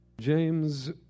James